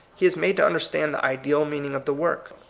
he is made to under stand the ideal meaning of the work,